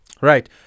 Right